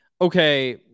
okay